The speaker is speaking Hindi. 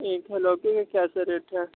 ठीक है लौकी में कैसे रेट हैं